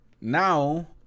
now